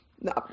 No